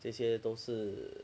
这些都是